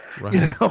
Right